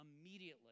immediately